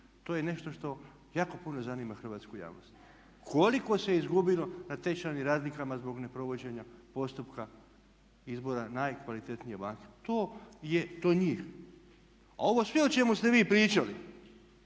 To je nešto što jako puno zanima hrvatsku javnost. Koliko se izgubilo na tečajnim razlikama zbog neprovođenja postupka izbora najkvalitetnije banke? To je do njih, a ovo sve o čemu ste vi pričali